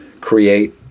create